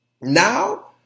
now